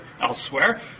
elsewhere